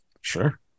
Sure